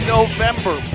November